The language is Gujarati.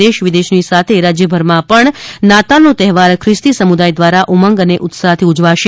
દેશ વિદેશની સાથે રાજયભરમાં પણ નાતાલનો તહેવાર ખ્રિસ્તી સમુદાય દ્વારા ઉમંગ અને ઉત્સાહથી ઉજવાશે